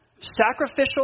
sacrificial